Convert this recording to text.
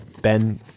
Ben